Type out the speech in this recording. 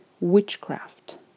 witchcraft